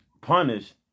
punished